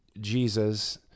Jesus